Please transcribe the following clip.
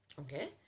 Okay